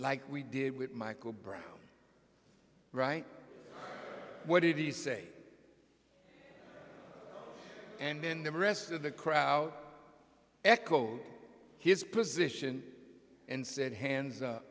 like we did with michael brown right what did he say and then the rest of the crowd echoed his position and said hands up